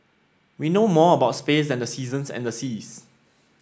we know more about space than the seasons and the seas